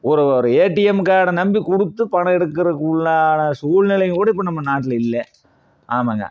ஒரு ஒரு ஏடிஎம் கார்டை நம்பி கொடுத்து பணம் எடுக்கிறக்கு உள்ளான சூழ்நிலையில் கூட இப்போ நம்ம நாட்டில் இல்லை ஆமாங்க